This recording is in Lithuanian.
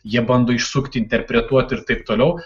jie bando išsukti interpretuoti ir taip toliau